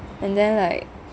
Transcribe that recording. and then like